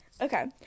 Okay